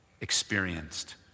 experienced